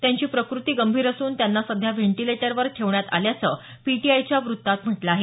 त्यांची प्रकृती गंभीर असून त्यांना सध्या व्हेंटिलेटरवर ठेवण्यात आल्याचं पीटीआयच्या वृत्तात म्हटलं आहे